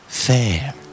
Fair